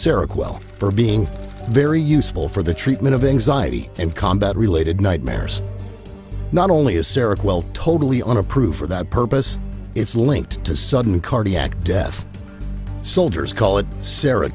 well for being very useful for the treatment of anxiety and combat related nightmares not only is seroquel totally unapproved for that purpose it's linked to sudden cardiac death soldiers call it sara